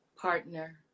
partner